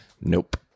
Nope